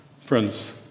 Friends